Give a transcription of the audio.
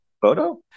photo